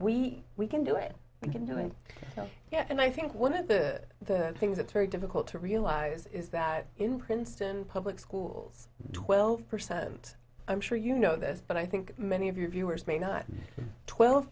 we we can do it we can do it yeah and i think one of the things that's very difficult to realize is that in princeton public schools twelve percent i'm sure you know this but i think many of your viewers may not twelve